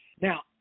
Now